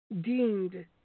deemed